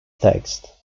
text